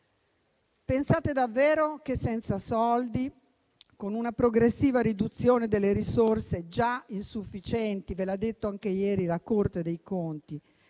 Pensate davvero che senza soldi, con una progressiva riduzione delle risorse già insufficienti (ve l'ha detto anche ieri la Corte dei conti)